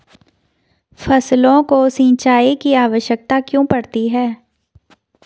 फसलों को सिंचाई की आवश्यकता क्यों पड़ती है?